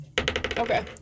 Okay